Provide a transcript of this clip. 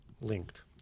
linked